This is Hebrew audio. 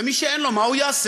ומי שאין לו, מה הוא יעשה?